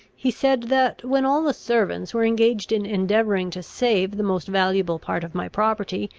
he said that, when all the servants were engaged in endeavouring to save the most valuable part of my property,